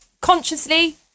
consciously